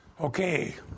Okay